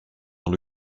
dans